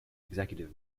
executive